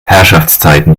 herrschaftszeiten